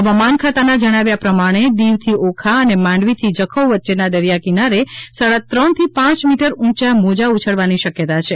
હવામાન ખાતાના જણાવ્યા પ્રમાણે દીવથી ઓખા અને માંડવીથી જખૌ વચ્ચેના દરિયા કિનારે સાડા ત્રણ થી પાંચ મીટર ઊંચા મોજા ઉછળવા ની શક્યતા છે